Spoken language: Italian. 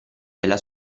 della